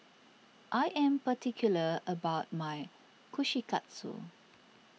I am particular about my Kushikatsu